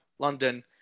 London